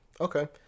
Okay